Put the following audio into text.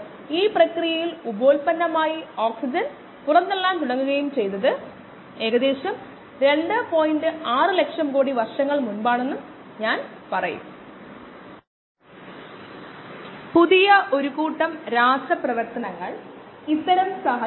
bio reactor മറ്റൊന്നുമല്ല bio റിയാക്ഷനുകൾ നടക്കുന്ന ഒരു ഉപകരണ നിയന്ത്രിത പാത്രമാണ് സാധാരണയായി കോശങ്ങൾ മദ്ധ്യസ്ഥമാക്കുന്നു അല്ലെങ്കിൽ അത് പ്രതിപ്രവർത്തനത്തിന് മധ്യസ്ഥത വഹിക്കുന്ന ഒരു എൻസൈമാണ്